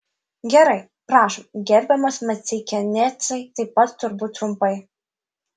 gerai prašom gerbiamas maceikianecai taip pat turbūt trumpai